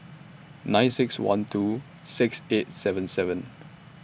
nine six one two six eight seven seven